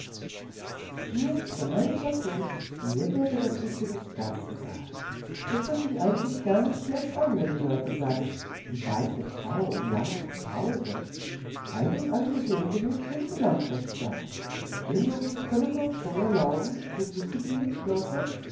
mir für meine person mir wäre das übrigens ganz egal es hört sich eigentlich gar nicht schlecht an wenn die leute sagen die weiße frau in lamprechts hause alt und angesehen genug sind die lamprechts ja den luxus können wir uns schon erlauben so gut wie die im schlosse